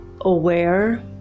aware